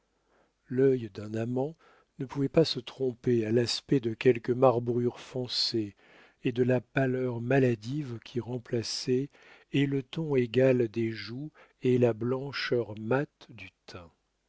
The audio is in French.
l'œil d'un amant ne pouvait pas se tromper à l'aspect de quelques marbrures foncées et de la pâleur maladive qui remplaçait et le ton égal des joues et la blancheur mate du teint